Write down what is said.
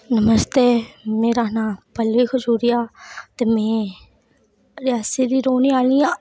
नमस्ते मेरा नांऽ पल्लवी खजूरिया ते में रियासी दी रौह्ने आह्ली आं